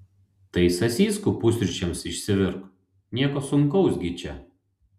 tai sasyskų pusryčiams išsivirk nieko sunkaus gi čia